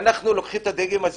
אני חייב להגיב על זה.